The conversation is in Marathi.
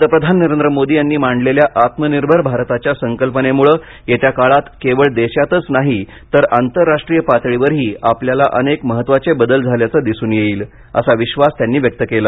पंतप्रधान नरेंद्र मोदी यांनी मांडलेल्या आत्मनिर्भर भारताच्या संकल्पनेमुळे येत्या काळात केवळ देशातच नाही तर आंतरराष्ट्रीय पातळीवरही आपल्याला अनेक महत्वाचे बदल झाल्याचं दिसून येईल असा विश्वास त्यांनी व्यक्त केला